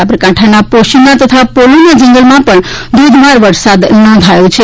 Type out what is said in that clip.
સાબરકાંઠામાં પોશીના તથા પોલોના જંગલમાં પણ ધોધમાર વરસાદ નોંધાયો છે